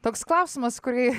toks klausimas kurį